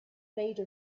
made